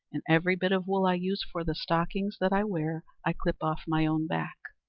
and every bit of wool i use for the stockings that i wear i clip off my own back.